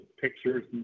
pictures